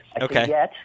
Okay